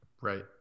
Right